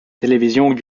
télévision